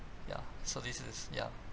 ya so this is ya